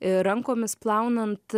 ir rankomis plaunant